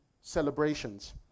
celebrations